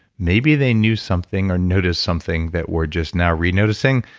maybe they knew something or noticed something that we're just now re-noticing.